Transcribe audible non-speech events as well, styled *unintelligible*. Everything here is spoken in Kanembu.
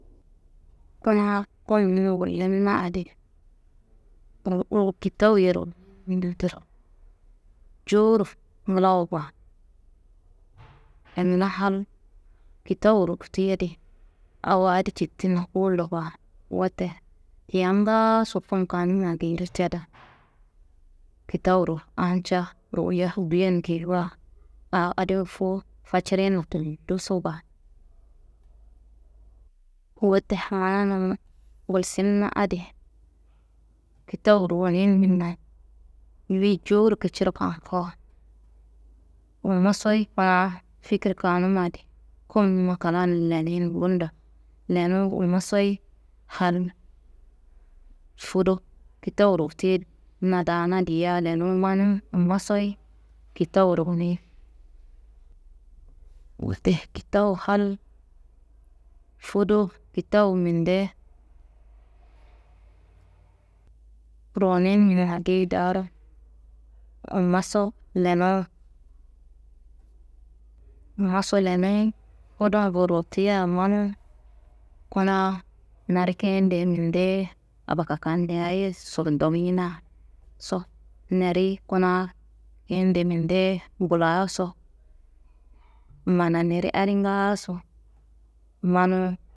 Kuna konum gullimina di ruwuruwu kitawuyero *unintelligible* jowuro nglawo baa. *noise* *unintelligible* hal kitawu ruwutu yedi awo adi cittinna kowollo baa. Wote yam ngaaso kon kanuma geyiro cada. Kitawuro aa ca ruwuya duyen geyiwa aa adin fuwu facirinna tulloso baa. Wote mananum gulsimna adi kitawu ruwuninmina wuyi jowuro kiciro fankowo wumma soyi kuna fikir kanuma di komnumma klan lenin bundo lenuwu wumma soyi hal fudu kitawu ruwutiye na daana diya lenun manu wumma soyi kitawu ruwunin. Wote kitawu hal fudu kitawu minde ruwuninmina geyi daaro wummaso lenuwu ngaso lenin fudungu ruwutuya manuwu kuna nari keyende mindeye aba kakandeyaso doyinaso neri kuna keyende mindeye blaaso, mana neri adi ngaaso manu.